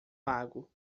lago